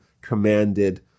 commanded